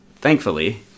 thankfully